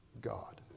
God